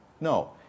No